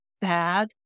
bad